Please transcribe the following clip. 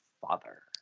father